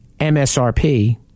MSRP